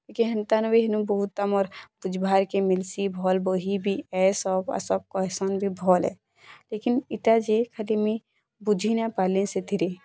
ଟିକେ ହେନ୍ତାନୁ ବି ହେନୁ ବହୁତ୍ ଆମର୍ ବୁଝବାର୍କେ ମିଲ୍ସି ଭଲ୍ ବହି ବି ଏ ସବ୍ କହିସନ୍ କି ଭଲ୍ ହେ ଲେକିନ୍ ଏଟା ଯେ ଖାଲି ମୁଇଁ ବୁଝି ନାଇଁପାରିଲି ସେଥିରେ